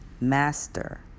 master